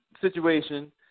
situation